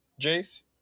Jace